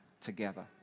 together